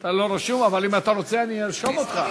אתה לא רשום, אבל אם אתה רוצה, ארשום אותך.